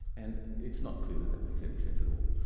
and it's not clear that that makes any sense at all.